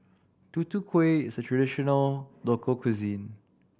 Tutu Kueh is a traditional local cuisine